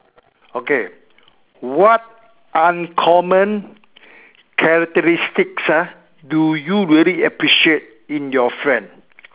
okay what uncommon characteristics ah do you really appreciate in your friend